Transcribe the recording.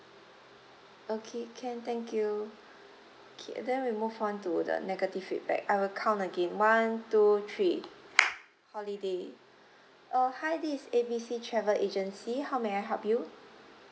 okay can thank you K then we move on to the negative feedback I will count again one two three holiday uh hi this is A B C travel agency how may I help you